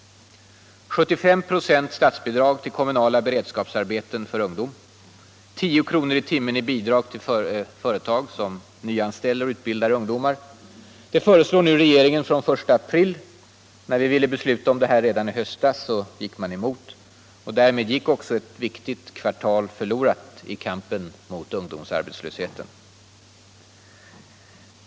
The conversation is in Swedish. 75 procent i statsbidrag till kommunala beredskapsarbeten för ungdom och 10 kr. i timmen i bidrag till företag som nyanställer och utbildar ungdomar — det föreslår nu regeringen från den 1 april. När vi ville besluta om det här redan i höstas gick man emot. Därmed gick också ett viktigt kvartal förlorat i kampen mot ungdomsarbetslösheten.